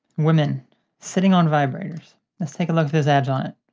women sitting on vibrators let's take a look if there's ads on it.